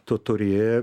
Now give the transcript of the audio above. tu turi